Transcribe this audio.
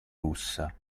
russa